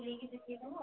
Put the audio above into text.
ବୁଲାଇକି ଦେଖାଇ ଦବ